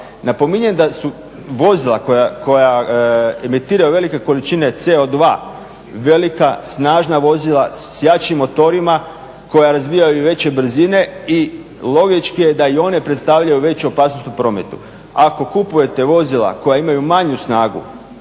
Napominjem da su vozila koja emitiraju velike količine CO2, velika, snažna vozila s jačim motorima koja razvijaju i veće brzine i logički je da i one predstavljaju veću opasnost u prometu. Ako kupujete vozila koja imaju manju snagu,